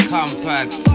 Compact